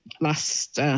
last